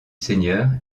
seigneur